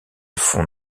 fonds